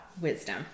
wisdom